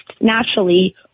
naturally